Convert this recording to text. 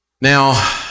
Now